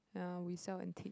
ya we sell antique